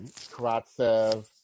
Karatsev